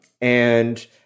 And-